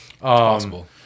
possible